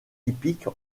hippiques